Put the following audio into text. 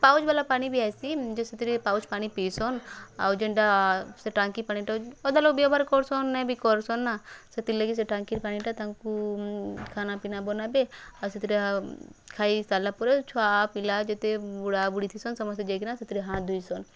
pouch ବାଲା ପାଣିବି ଆଇସି ଯେ ସେଥିରେ ପାଉଚ୍ ପାଣି ପିଇସନ୍ ଆଉ ଯେନ୍ଟା ସେ ଟାଙ୍କି ପାଣିଟା ଅଧାଲୋକ ବ୍ୟବହାର କରୁସନ୍ ନାଇଁବି କରୁସନ୍ ନା ସେଥିର୍ଲାଗି ସେ ଟାଙ୍କିର ପାଣିଟା ତାଙ୍କୁ ଖାନାପିନା ବନାବେ ଆଉ ସେଥିରେ ଖାଇ ସାରିଲା ପରେ ଛୁଆପିଲା ଯେତେ ବୁଢ଼ାବୁଢ଼ୀ ଥିସନ୍ ସମସ୍ତେ ଯାଇକିନା ସେଥିରେ ହାଥ୍ ଧୋଇସନ୍